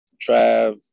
Trav